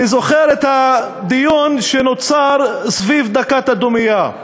אני זוכר את הדיון שנוצר סביב דקת הדומייה.